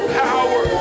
power